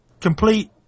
complete